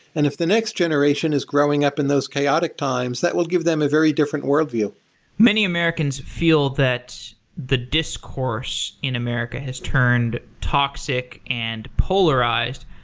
and if the next generation is growing up in those chaotic times, that will give them a very different worldview many americans feel that the discourse in america has turned toxic and polarized.